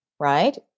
Right